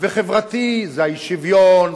וחברתי זה האי-שוויון,